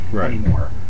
anymore